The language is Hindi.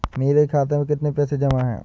मेरे खाता में कितनी पैसे जमा हैं?